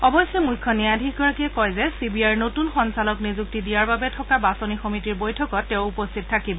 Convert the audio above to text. অৱশ্যে মুখ্য ন্যায়াধীশগৰাকীয়ে কয় যে চি বি আইৰ নতৃন সঞ্চালক নিযুক্তি দিয়াৰ বাবে থকা বাছনি সমিতিৰ বৈঠকত তেওঁ উপস্থিত থাকিব